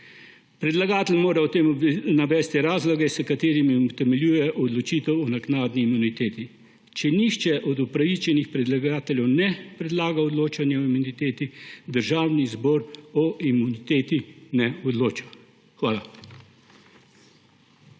Predlagatelj mora o tem navesti razloge, s katerimi utemeljuje odločitev o naknadni imuniteti. Če nihče od upravičenih predlagateljev ne predlaga odločanja o imuniteti, Državni zbor o imuniteti ne odloča. Hvala.